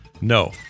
No